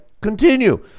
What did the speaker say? continue